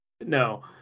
No